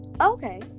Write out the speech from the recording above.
okay